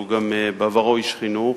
שהוא גם בעברו איש חינוך,